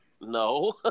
No